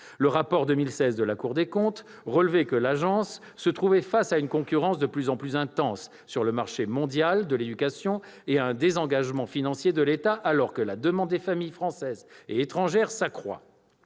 Le rapport de 2016 de la Cour des comptes relevait que l'AEFE se trouvait confrontée à une concurrence de plus en plus intense sur le marché mondial de l'éducation et à un désengagement financier de l'État, alors que la demande des familles françaises et étrangères s'accroît.